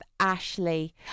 Ashley